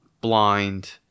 blind